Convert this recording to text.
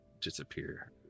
disappear